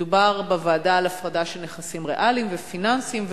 מדובר בוועדה על הפרדה של נכסים ריאליים ופיננסיים,